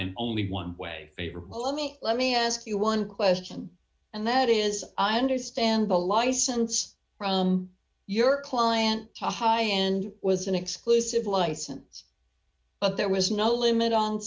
and only one way well let me let me ask you one question and that is i understand the license from your client to high end was an exclusive license but there was no limit on